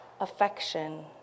affection